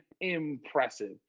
impressive